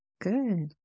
good